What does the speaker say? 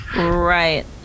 Right